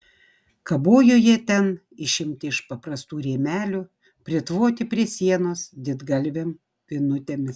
kabojo jie ten išimti iš paprastų rėmelių pritvoti prie sienos didgalvėm vinutėmis